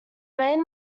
main